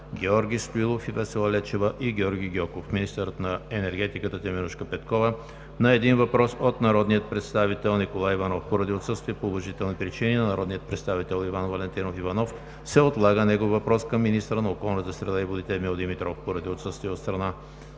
Георги Стоилов и Весела Лечева; и Георги Гьоков; - министърът на енергетиката Теменужка Петкова на един въпрос от народния представител Николай Иванов. Поради отсъствие по уважителни причини на народния представител Иван Валентинов Иванов се отлага негов въпрос към министъра на околната среда и водите Емил Димитров. Поради отсъствие от страната